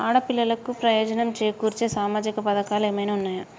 ఆడపిల్లలకు ప్రయోజనం చేకూర్చే సామాజిక పథకాలు ఏమైనా ఉన్నయా?